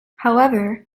however